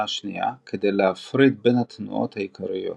שנייה כדי להפריד בין התנועות העיקריות.